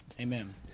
amen